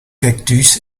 cactus